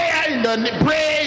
Pray